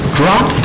drop